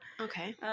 Okay